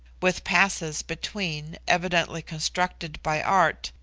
with passes between, evidently constructed by art,